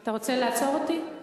אתה רוצה לעצור אותי?